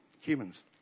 humans